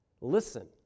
listen